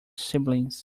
siblings